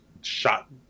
shot